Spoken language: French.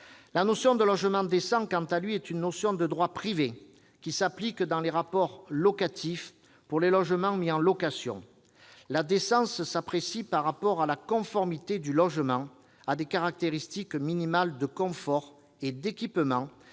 La notion de logement décent, quant à elle, est une notion de droit privé qui s'applique dans les rapports locatifs, pour les logements mis en location. La décence s'apprécie par rapport à la conformité du logement à des caractéristiques minimales de confort et d'équipement,